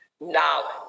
Knowledge